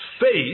faith